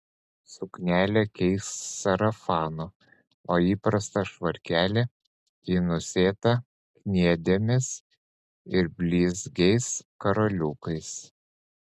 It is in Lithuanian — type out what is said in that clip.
suknelę keisk sarafanu o įprastą švarkelį į nusėtą kniedėmis ir blizgiais karoliukais